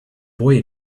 boy